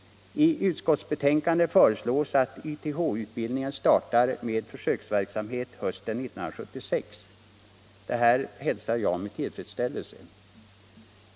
I utskottsbetänkandet föreslås att YTH-utbildningen startar med försöksverksamhet hösten 1976. Detta hälsar jag med tillfredsställelse.